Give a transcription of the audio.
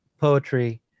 poetry